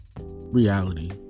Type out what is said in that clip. reality